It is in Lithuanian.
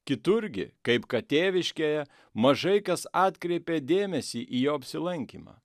kitur gi kaip kad tėviškėje mažai kas atkreipė dėmesį į jo apsilankymą